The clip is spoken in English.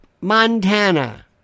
Montana